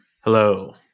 Hello